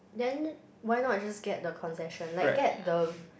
then why not just get the concession like get the